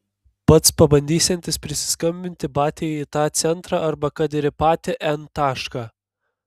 pats pabandysiantis prisiskambinti batiai į tą centrą arba kad ir į patį n tašką